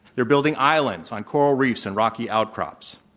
they're building islands on coral reefs and rocky outcrops.